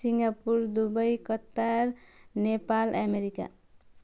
Singapore Dubai Qatar Nepal America